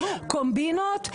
קומבינות,